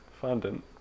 fondant